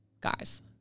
Guys